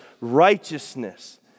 righteousness